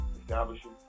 establishing